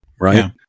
Right